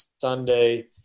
Sunday